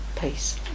Peace